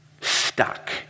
stuck